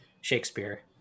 Shakespeare